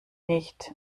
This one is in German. nicht